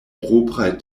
propraj